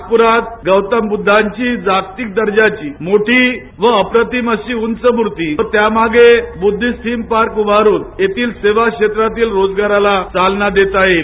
नागप्रात गौतम बुद्धांची जागतिक दर्जाची मोठी व अप्रतिम अशी उंच मूर्ती व त्यामागे बुद्धिस्ट थिम पार्क उभारूनए येथील सेवा क्षेत्रातील रोजगाराला चालना देता येईल